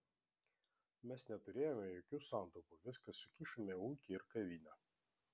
mes neturėjome jokių santaupų viską sukišome į ūkį ir kavinę